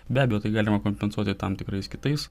be abejo tai galima kompensuoti tam tikrais kitais